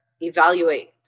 evaluate